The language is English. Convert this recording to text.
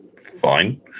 fine